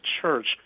Church—